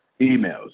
emails